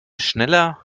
schneller